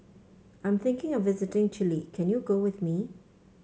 I am thinking of visiting Chile can you go with me